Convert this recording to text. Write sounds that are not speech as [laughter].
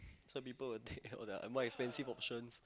some people will take [laughs] all the more expensive options